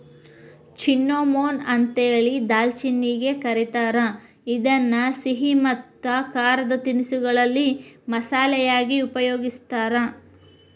cinnamon ಅಂತೇಳಿ ದಾಲ್ಚಿನ್ನಿಗೆ ಕರೇತಾರ, ಇದನ್ನ ಸಿಹಿ ಮತ್ತ ಖಾರದ ತಿನಿಸಗಳಲ್ಲಿ ಮಸಾಲಿ ಯಾಗಿ ಉಪಯೋಗಸ್ತಾರ